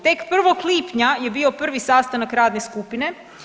Tek 1. lipnja je bio prvi sastanak radne skupine.